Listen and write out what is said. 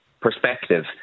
perspective